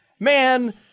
Man